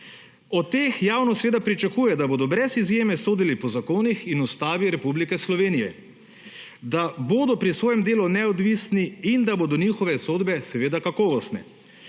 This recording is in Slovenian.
O teh javno seveda pričakuje, da bodo brez izjeme sodili po zakonih in Ustavi Republike Slovenije, da bodo pri svojem delu neodvisni in da bodo njihove sodbe seveda kakovostne.